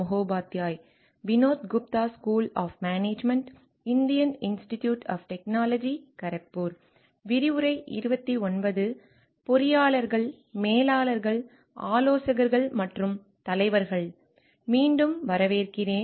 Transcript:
மீண்டும் வரவேற்கிறேன்